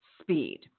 speed